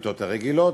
בכיתות הרגילות,